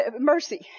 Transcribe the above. mercy